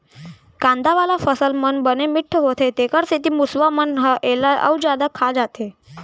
कांदा वाला फसल मन बने मिठ्ठ होथे तेखर सेती मूसवा मन ह एला अउ जादा खा जाथे